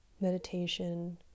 meditation